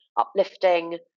uplifting